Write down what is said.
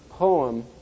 poem